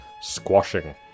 squashing